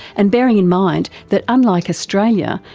and bearing in mind that, unlike australia,